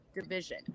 division